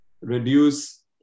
reduce